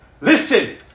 Listen